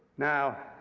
now,